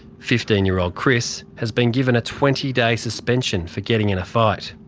fifteen year old chris has been given a twenty day suspension for getting in a fight.